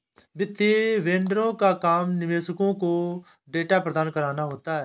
वित्तीय वेंडरों का काम निवेशकों को डेटा प्रदान कराना होता है